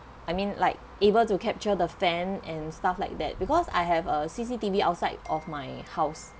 I mean like able to capture the fan and stuff like that because I have a C_C_T_V outside of my house